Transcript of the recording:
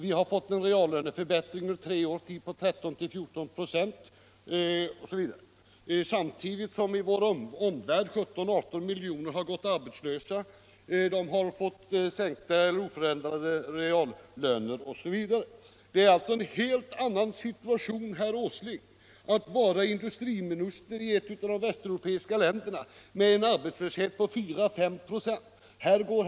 Vi har fått en reallöneförbättring under tre år på 13-14 96 samtidigt som det i vår omvärld finns 17-18 miljoner som har gått arbetslösa och fått sänkta eller oförändrade reallöner. Det är en helt annan situation, herr Åsling, att vara industriminister i ett av de västeuropeiska länderna med en arbetslöshet på 4-5 96.